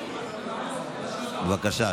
בבקשה.